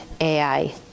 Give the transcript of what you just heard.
AI